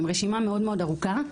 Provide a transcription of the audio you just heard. רשימה מאוד ארוכה,